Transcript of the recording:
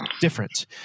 different